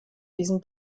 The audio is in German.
diesen